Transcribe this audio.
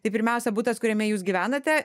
tai pirmiausia butas kuriame jūs gyvenate